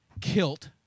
kilt